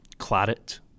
claret